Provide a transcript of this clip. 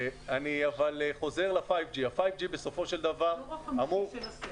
אני חוזר ל-5G שהוא בסופו של דבר אמור